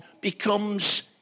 becomes